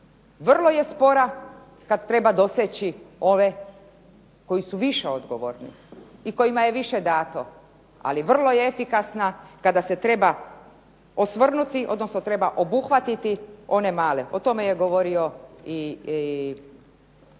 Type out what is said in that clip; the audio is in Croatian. Vrlo je spora kada treba doseći ove koji su više odgovorni i kojima je više dato, ali je vrlo efikasna kada se treba osvrnuti, odnosno treba obuhvatiti one male. O tome je govorio i